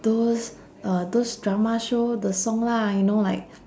those uh those drama show the song lah you know like